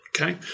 okay